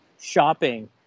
shopping